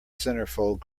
centerfold